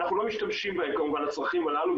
אנחנו לא משתמשים בהם כמובן לצרכים הללו,